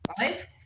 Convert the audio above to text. right